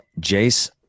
Jace